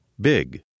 big